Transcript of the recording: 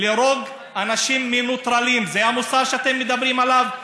להרוג אנשים מנוטרלים, זה המוסר שאתם מדברים עליו?